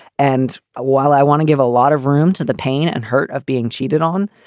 and while i want to give a lot of room to the pain and hurt of being cheated on,